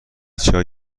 چای